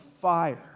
fire